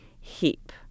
heap